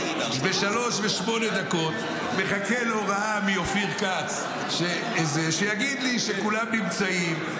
ב-03:08 מחכה להוראה מאופיר כץ שיגיד לי שכולם נמצאים,